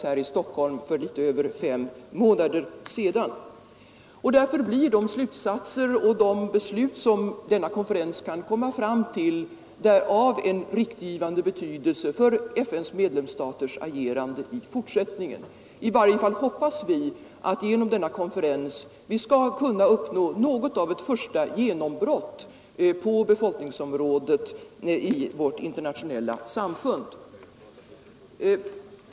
Därför blir de samma slag som FN:s internationella miljökonferens slutsatser och de beslut som denna konferens kan komma fram till av riktningsangivande betydelse för FN:s medlemsstaters agerande i fortsättningen. I varje fall hoppas vi att vi med denna konferens skall kunna uppnå något av ett första genombrott på befolkningsområdet i vårt internationella samfund.